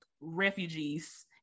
refugees